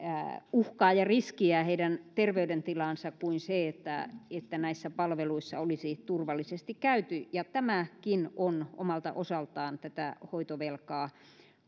uhkaa ja riskiä heidän terveydentilaansa kuin se että että näissä palveluissa olisi turvallisesti käyty ja tämäkin on omalta osaltaan tätä hoitovelkaa